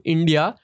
India